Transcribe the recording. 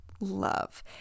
love